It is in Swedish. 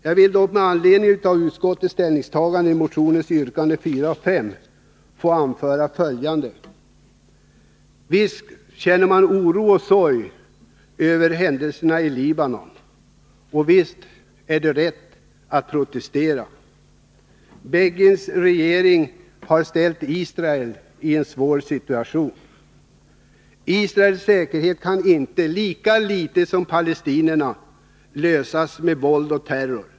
Jag vill dock med anledning av utskottets ställningstagande i fråga om motionsyrkandena 4 och 5 få anföra följande. Visst känner man oro och sorg över händelserna i Libanon, och visst är det rätt att protestera. Begins regering har ställt Israel i en svår situation. Israels säkerhet kan inte — lika litet som palestiniernas — säkras med våld och terror.